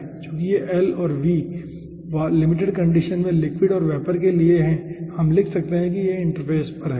चूंकि यह l और v लिमिटेड कंडीशन में लिक्विड और वेपर के लिए हैं हम लिख सकते हैं कि इंटरफ़ेस पर है